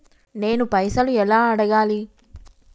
నేను పైసలు ఎలా అడగాలి?